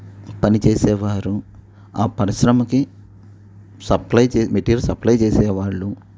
పనిచేసేవారు ఆ పరిశ్రమకి సప్లయ్ మెటీరియల్ సప్లయ్ చేసేవాళ్ళు